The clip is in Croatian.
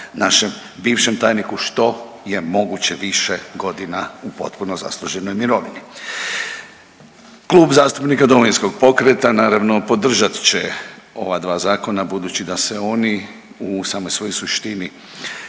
našem bivšem tajniku što je moguće više godina u potpuno zasluženoj mirovini. Klub zastupnika Domovinskog pokreta naravno podržat će ova dva zakona budući da se oni u samoj svojoj suštini